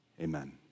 amen